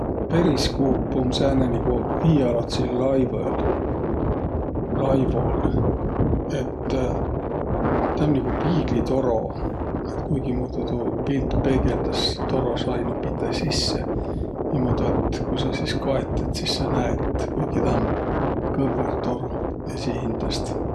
Periskuup um sääne niguq viialotsil laivõl, laivol. Et tä um nigu piiglitoro. Et kuigimuudu tuu pilt peegeldäs toro saino piteh sisse, niimuudu, et ku sa sis kaet, sis sa näet, kuigi taa um kõvvõr toro esiqhindäst.